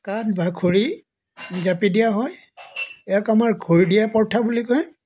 কাঠ বা খৰি জাপি দিয়া হয় ইয়াক আমাৰ খৰি দিয়া প্ৰথা বুলি কয়